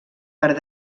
per